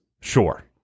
Sure